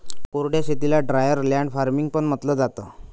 कोरड्या शेतीला drier land farming पण म्हंटलं जातं